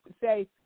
say